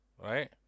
Right